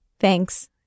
Thanks